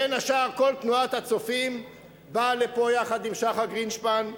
בין השאר כל תנועת הצופים באה לפה יחד עם שחר גרינשפן,